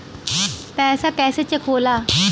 पैसा कइसे चेक होला?